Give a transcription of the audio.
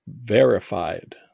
verified